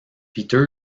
peters